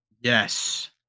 Yes